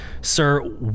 Sir